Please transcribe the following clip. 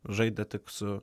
žaidė tik su